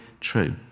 true